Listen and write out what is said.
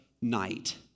night